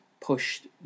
pushed